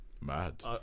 Mad